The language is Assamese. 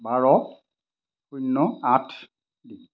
বাৰ শূন্য আঠ